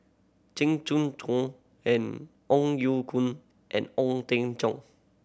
Jing Jun Hong and Ong Ye Kung and Ong Teng Cheong